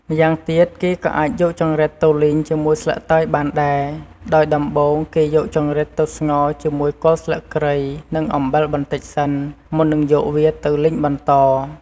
ម្យ៉ាងទៀត គេក៏អាចយកចង្រិតទៅលីងជាមួយស្លឹកតើយបានដែរ ដោយដំបូង គេយកចង្រិតទៅស្ងោរជាមួយគល់ស្លឹកគ្រៃ និងអំបិលបន្តិចសិន មុននឹងយកវាទៅលីងបន្ត។